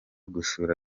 gusura